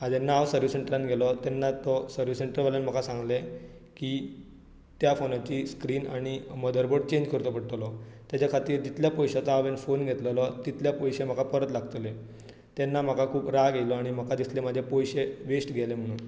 जेन्ना हांव सर्वीस सँटरान गेलों तेन्ना तो सर्वीस सँटर वाल्यान म्हाका सांगलें की त्या फोनाची स्क्रीन आनी मदरबोर्ड चेंज करचो पडटलो ताज्या खातीर जितल्या पयशांचो हांवें फोन घेतलेलो तितले पयशे म्हाका परत लागतले तेन्ना म्हाका खूब राग येयलो आनी म्हाका दिसलें म्हाजे पयशे वेस्ट गेले म्हुणून